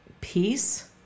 peace